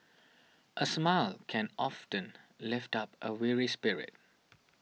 a smile can often lift up a weary spirit